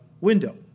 window